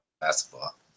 basketball